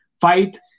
fight